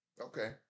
Okay